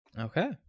Okay